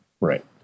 Right